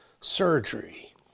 surgery